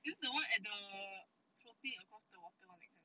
is it the one at the floating across the water [one] that kind